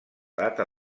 data